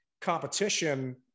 competition